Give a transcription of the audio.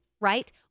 Right